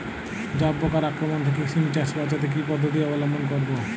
জাব পোকার আক্রমণ থেকে সিম চাষ বাচাতে কি পদ্ধতি অবলম্বন করব?